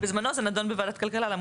אבל בזמנו זה נדון בוועדת הכלכלה,